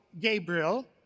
Gabriel